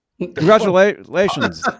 congratulations